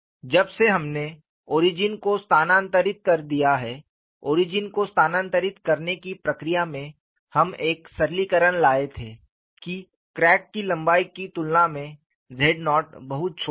जबसे हमने ओरिजिन को स्थानांतरित कर दिया है ओरिजिन को स्थानांतरित करने की प्रक्रिया में हम एक सरलीकरण लाए थे कि क्रैक की लंबाई की तुलना में z0 बहुत छोटा है